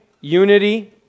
unity